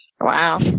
Wow